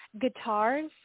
guitars